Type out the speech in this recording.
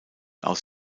aus